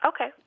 Okay